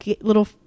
little